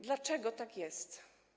Dlaczego tak jest?